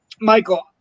Michael